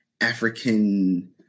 African